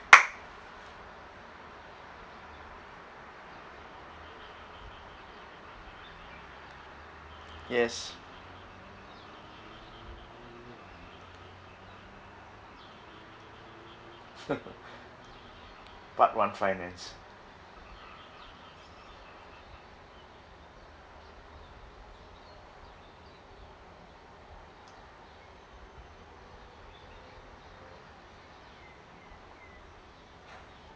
yes part one finance